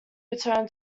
return